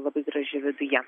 labai graži viduje